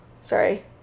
sorry